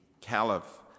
caliph